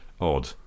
odd